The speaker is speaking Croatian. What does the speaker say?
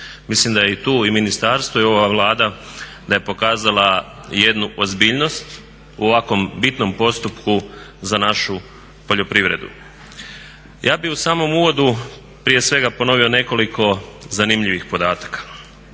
Mislim da je tu i ministarstvo i ova Vlada da je pokazala jednu ozbiljnost u ovakvom bitnom postupku za našu poljoprivredu. Ja bi u samom uvodu prije svega ponovio nekoliko zanimljivih podataka.